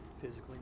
Physically